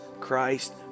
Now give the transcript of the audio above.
Christ